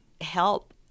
help